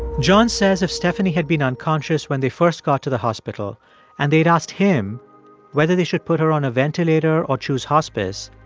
john says, if stephanie had been unconscious when they first got to the hospital and they'd asked him whether they should put her on a ventilator or choose hospice,